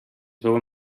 veuen